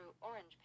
Orange